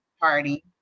party